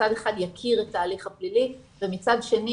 שמצד אחד יכיר את ההליך הפלילי ומצד שני